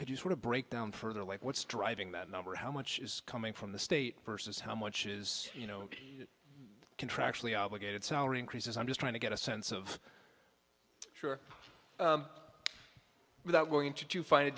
could you sort of break down for like what's driving that number how much is coming from the state versus how much is you know contractually obligated salary increases i'm just trying to get a sense of sure without going into too fine a